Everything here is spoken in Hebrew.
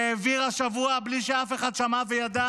שהעביר השבוע בלי שאף אחד שמע וידע